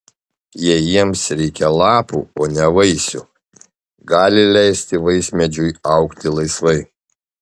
jei jiems reikia lapų o ne vaisių gali leisti vaismedžiui augti laisvai